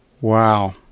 Wow